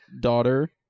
daughter